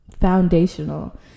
foundational